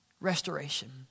restoration